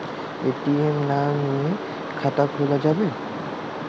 ATM না নিয়ে খাতা খোলা যাবে?